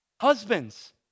Husbands